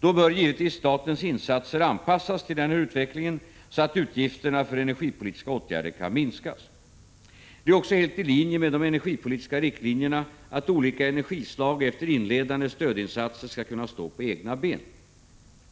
Då bör givetvis statens insatser anpassas till denna utveckling så att utgifterna för energipolitiska åtgärder kan minskas. Det är också helt i linje med de energipolitiska riktlinjerna att olika energislag efter inledande stödinsatser skall kunna stå på egna ben.